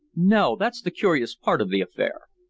no. that's the curious part of the affair.